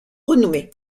renommés